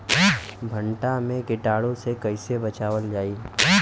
भनटा मे कीटाणु से कईसे बचावल जाई?